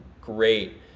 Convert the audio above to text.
great